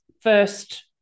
first